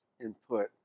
input